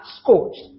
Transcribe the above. scorched